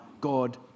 God